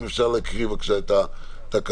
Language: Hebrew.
אם אפשר להקריא בבקשה את התקנות.